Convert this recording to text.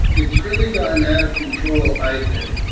it's really gotten out of control i think,